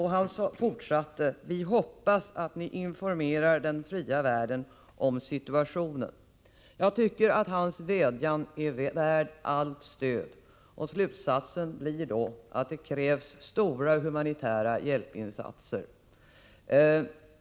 Han fortsatte: Vi hoppas att ni informerar den fria världen om situationen. Jag tycker att hans vädjan är värd allt stöd. Slutsatsen blir då att det krävs stora humanitära hjälpinsatser.